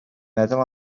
meddwl